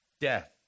Death